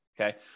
Okay